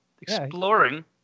exploring